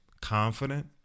confident